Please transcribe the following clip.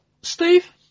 Steve